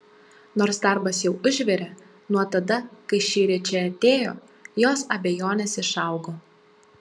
nors darbas jau užvirė nuo tada kai šįryt čia atėjo jos abejonės išaugo